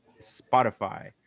Spotify